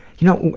you know,